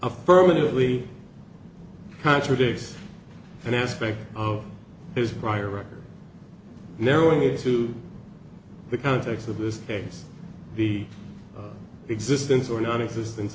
affirmatively contradicts an aspect of his prior record narrowing it to the context of this case the existence or nonexisten